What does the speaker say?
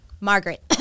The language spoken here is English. Margaret